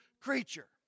creature